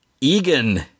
Egan